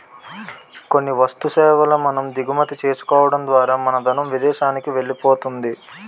కొన్ని వస్తు సేవల మనం దిగుమతి చేసుకోవడం ద్వారా మన ధనం విదేశానికి వెళ్ళిపోతుంది